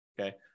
okay